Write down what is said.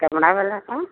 चमड़ा वाला का